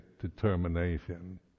determination